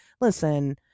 listen